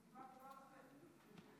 זו סיבה טובה לצאת.